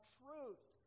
truth